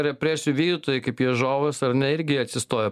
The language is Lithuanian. represijų vykdytojai kaip jiežovas ar ne irgi atsistojo